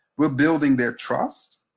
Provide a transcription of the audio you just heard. we're building their trust,